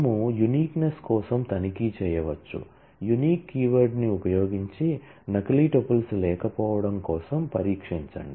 మనము యూనిక్యూనెస్ కీవర్డ్ని ఉపయోగించి నకిలీ టుపుల్స్ లేకపోవడం కోసం పరీక్షించండి